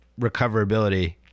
recoverability